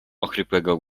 ochrypłego